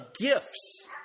gifts